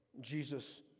Jesus